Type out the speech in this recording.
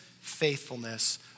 faithfulness